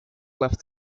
left